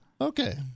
Okay